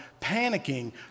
panicking